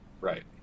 Right